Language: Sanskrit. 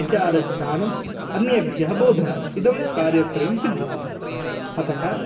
विचारज्ञानम् अन्यरभ्यः बोधनम् इदं कार्यत्रयं सिद्ध्यति अतः